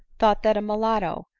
thought that a mulatto,